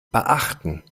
beachten